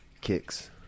kicks